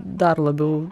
dar labiau